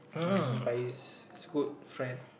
I know but he's good friend